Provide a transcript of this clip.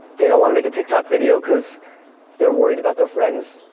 they don't wanna make a tiktok video cause they're worried about their friends,